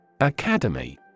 Academy